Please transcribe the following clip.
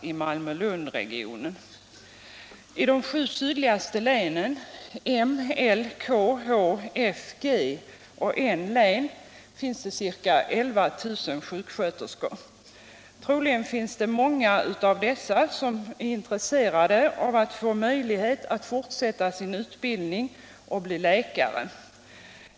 I de sju sydligaste länen, M-, L-, K-, H-, F-, G och N-län finns ca 11 000 sjuksköterskor. Troligen är många av dessa intresserade av att få möjlighet att fortsätta sin utbildning och bli läkare.